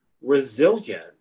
resilient